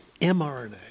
mRNA